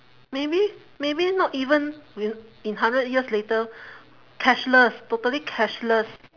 maybe maybe not even in in hundred years later cashless totally cashless